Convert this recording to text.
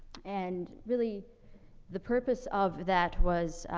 and really the purpose of that was, ah,